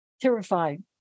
terrified